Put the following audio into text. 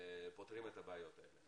פותרים את הבעיות האלה.